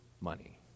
money